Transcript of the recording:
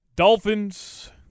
Dolphins